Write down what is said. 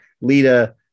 Lita